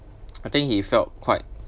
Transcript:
I think he felt quite